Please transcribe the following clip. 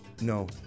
No